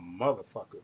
motherfucker